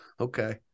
okay